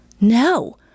No